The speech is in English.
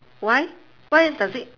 why why does it